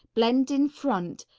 blend in front,